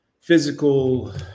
physical